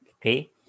Okay